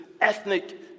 ethnic